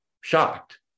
shocked